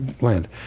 land